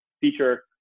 feature